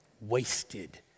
wasted